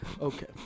Okay